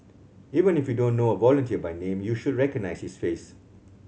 even if you don't know a volunteer by name you should recognise his face